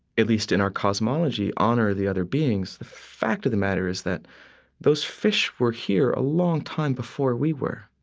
at least in our cosmology, honor the other beings. the fact of the matter is that those fish were here a long time before we were,